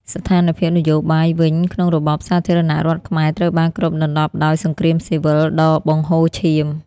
ស្ថានភាពនយោបាយវិញក្នុងរបបសាធារណរដ្ឋខ្មែរត្រូវបានគ្របដណ្ដប់ដោយ សង្គ្រាមស៊ីវិល ដ៏បង្ហូរឈាម។